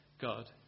God